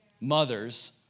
mothers